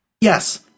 Yes